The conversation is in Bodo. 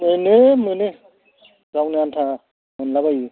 मोनो मोनो गावनि आनथा मोनलाबायो